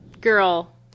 girl